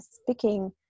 speaking